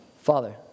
Father